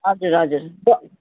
हजुर हजुर अब